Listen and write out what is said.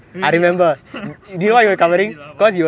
really ah I forget already lah boy